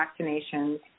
vaccinations